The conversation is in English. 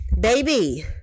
Baby